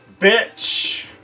Bitch